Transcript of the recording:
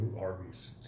Arby's